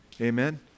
Amen